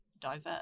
diverse